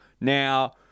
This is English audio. Now